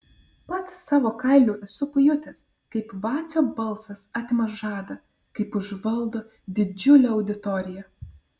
pats savo kailiu esu pajutęs kaip vacio balsas atima žadą kaip užvaldo didžiulę auditoriją